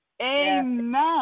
Amen